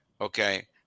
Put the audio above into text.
Okay